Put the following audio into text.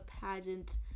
pageant